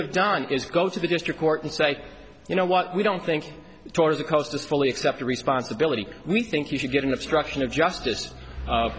have done is go to the district court and say you know what we don't think towards the coast is fully accepted responsibility we think you should get an obstruction of just